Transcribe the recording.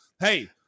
Hey